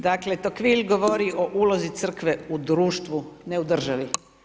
Dakle Tocqueville govori o ulozi Crkve u društvu ne u državi.